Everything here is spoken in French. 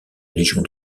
légion